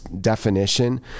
definition